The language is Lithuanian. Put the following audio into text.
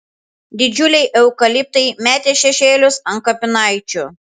didžiuliai eukaliptai metė šešėlius ant kapinaičių